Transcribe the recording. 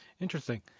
Interesting